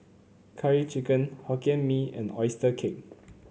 Curry Chicken Hokkien Mee and oyster cake